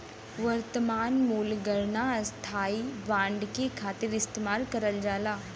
वर्तमान मूल्य गणना स्थायी बांड के खातिर इस्तेमाल करल जाला